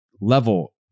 level